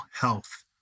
health